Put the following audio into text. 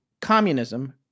Communism